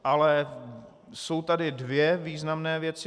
Ale jsou tady dvě významné věci.